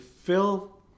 fill